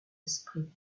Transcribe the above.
esprit